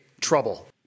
trouble